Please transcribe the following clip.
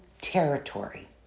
territory